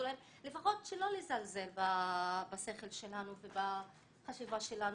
לפחות לא לזלזל בשכל שלנו ובחשיבה שלנו.